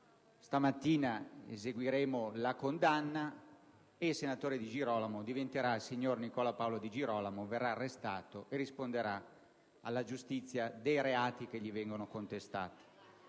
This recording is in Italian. Stamattina eseguiremo la condanna e il senatore Di Girolamo diventerà il signor Nicola Paolo Di Girolamo, verrà arrestato e risponderà alla giustizia dei reati che gli vengono contestati.